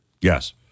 yes